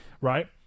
right